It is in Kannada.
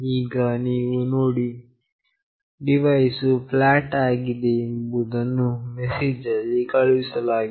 ಈಗ ನೀವು ನೋಡಿ ಡಿವೈಸ್ ವು ಫ್ಲಾಟ್ ಆಗಿದೆ ಎಂಬ ಮೆಸೇಜ್ ಅನ್ನು ಕಳುಹಿಸಲಾಗಿದೆ